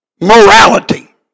Morality